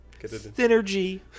Synergy